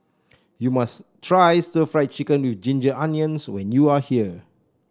you must try Stir Fried Chicken with Ginger Onions when you are here